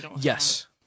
Yes